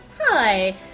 Hi